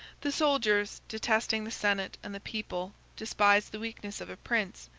the soldiers, detesting the senate and the people, despised the weakness of a prince,